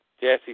Jesse